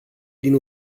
din